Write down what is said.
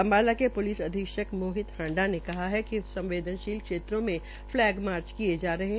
अम्बाला में प्लिस अधीक्षक मोहित हांडा ने कहा है कि संवदेनशील क्षेत्रों में फलैग मार्च किय जा रहे है